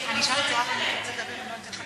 את גם צועקת עליהם.